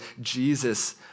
Jesus